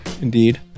Indeed